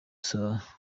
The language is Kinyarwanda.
saha